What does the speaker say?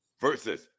versus